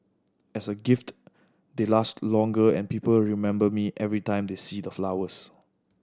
as a gift they last longer and people remember me every time they see the flowers